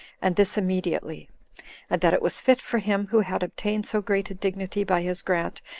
and this immediately and that it was fit for him, who had obtained so great a dignity by his grant,